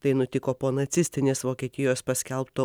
tai nutiko po nacistinės vokietijos paskelbto